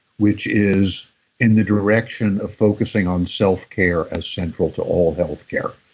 which is in the direction of focusing on self-care as central to all healthcare,